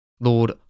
Lord